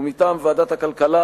ומטעם ועדת הכלכלה,